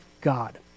God